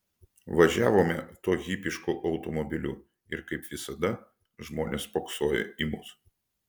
važiavome tuo hipišku automobiliu ir kaip visada žmonės spoksojo į mus